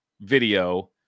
video